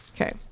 okay